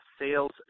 sales